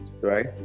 right